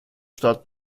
start